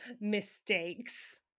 mistakes